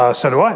ah so do i.